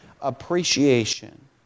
appreciation